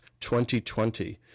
2020